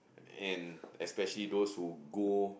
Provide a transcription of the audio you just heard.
and especially those who go